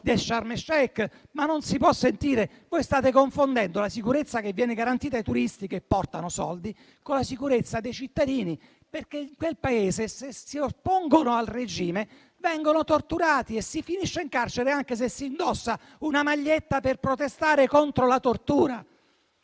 di Sharm El Sheik, perché non si può sentire. Voi state confondendo la sicurezza che viene garantita ai turisti che portano soldi con la sicurezza dei cittadini, perché in quel Paese chi si oppone al regime viene torturato e si finisce in carcere anche se si indossa una maglietta per protestare contro la tortura.